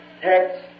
text